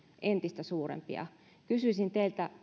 entistä suurempia kysyisin teiltä